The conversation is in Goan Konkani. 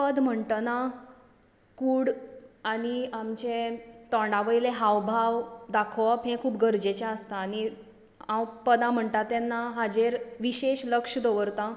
पद म्हणटना कूड आनी आमचे तोंडा वयले हावभाव दाखोवप हे खूब गरजेचें आसता आनी हांव पदां म्हणटा तेन्ना हाचेर विशेश लक्ष दवरतां